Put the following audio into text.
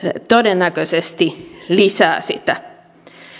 todennäköisesti lisää sitä